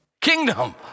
kingdom